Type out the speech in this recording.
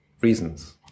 reasons